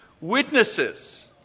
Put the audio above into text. witnesses